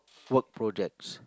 work projects